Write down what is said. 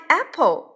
apple